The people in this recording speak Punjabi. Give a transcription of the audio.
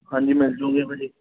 ਹਾਂਜੀ ਮਿਲਜੂਗੀ ਉਹ ਜੀ